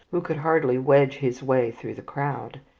who could hardly wedge his way through the crowd.